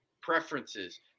preferences